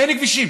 אין כבישים.